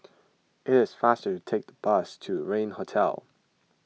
it is faster to take the bus to Regin Hotel